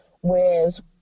whereas